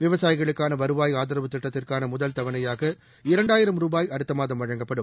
விவசாயிகளுக்கானவருவாய் ஆதரவு திட்டத்திற்கானமுதல் தவணையாக இரண்டாயிரம் ரூபாய் அடுத்தமாதம் வழங்கப்படும்